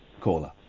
caller